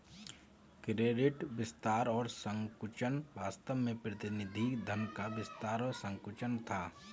credit विस्तार और संकुचन वास्तव में प्रतिनिधि धन का विस्तार और संकुचन था